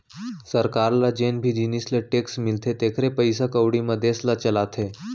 सरकार ल जेन भी जिनिस ले टेक्स मिलथे तेखरे पइसा कउड़ी म देस ल चलाथे